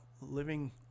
living